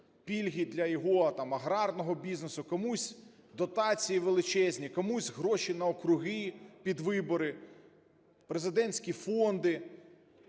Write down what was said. пільги для його там аграрного бізнесу, комусь дотації величезні, комусь гроші на округи під вибори, президентські фонди